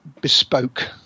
bespoke